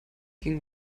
ging